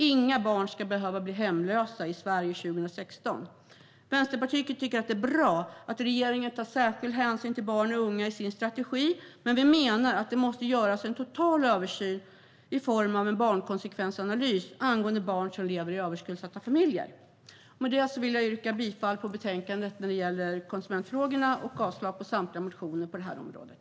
Inga barn ska behöva bli hemlösa i Sverige 2016. Vänsterpartiet tycker att det är bra att regeringen tar särskild hänsyn till barn och unga i sin strategi. Men vi menar att det måste göras en total översyn i form av en barnkonsekvensanalys angående barn som lever i överskuldsatta familjer. Med det vill jag yrka bifall till utskottets förslag i betänkandet när det gäller konsumentfrågorna och avslag på samtliga motioner på området.